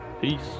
Peace